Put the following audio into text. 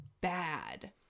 bad